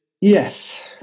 Yes